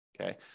okay